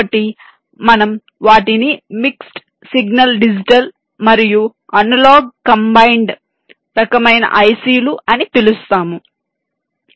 కాబట్టి మనం వాటిని మిక్స్ సిగ్నల్ డిజిటల్ మరియు అనలాగ్ కంబైన్డ్ రకమైన IC లు అని పిలుస్తాము